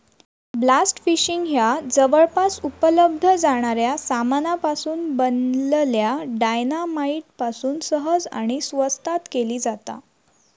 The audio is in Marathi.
ब्लास्ट फिशिंग ह्या जवळपास उपलब्ध जाणाऱ्या सामानापासून बनलल्या डायना माईट पासून सहज आणि स्वस्तात केली जाता